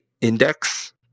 index